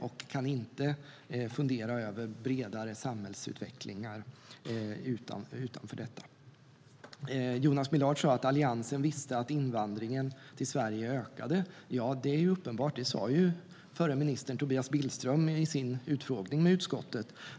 KU kan inte fundera över en bredare samhällsutveckling utanför detta. Jonas Millard sa att Alliansen visste att invandringen till Sverige ökade. Ja, det är uppenbart. Det sa förre ministern Tobias Billström i sin utfrågning med utskottet.